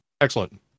excellent